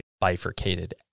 bifurcated